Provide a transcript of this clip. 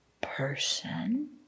person